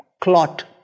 clot